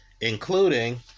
including